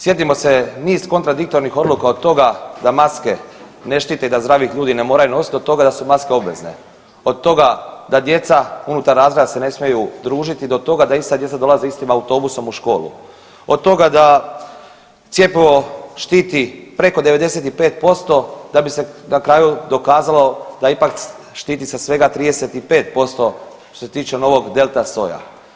Sjetimo se niz kontradiktornih odluka od toga da maske ne štite i da ih zdravi ljudi ne moraju nositi do toga da su maske obavezne, od toga da djeca unutar razreda se ne smiju družiti do toga da ista djeca dolaze istim autobusom u školu, od toga da cjepivo štiti preko 95% da bi se na kraju dokazalo da ipak štiti sa svega 35% što se tiče novog Delta soja.